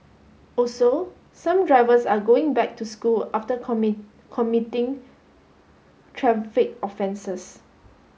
also some drivers are going back to school after committing traffic offences